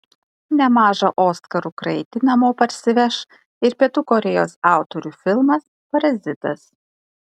nemažą oskarų kraitį namo parsiveš ir pietų korėjos autorių filmas parazitas